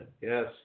yes